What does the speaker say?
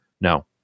No